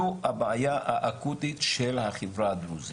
זו הבעיה האקוטית של החברה הדרוזית,